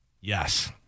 Yes